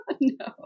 No